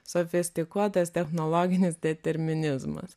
sofistikuotas technologinis determinizmas